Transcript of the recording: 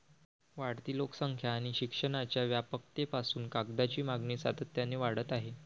वाढती लोकसंख्या आणि शिक्षणाच्या व्यापकतेपासून कागदाची मागणी सातत्याने वाढत आहे